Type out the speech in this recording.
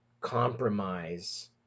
compromise